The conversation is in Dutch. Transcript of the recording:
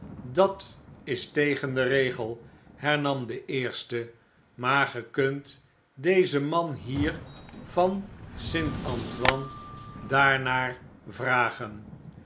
dat is tegen den regel hernam de eerste maar ge kunt dezen man hier van st antoine daarnaar vragen